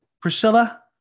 Priscilla